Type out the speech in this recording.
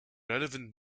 relevant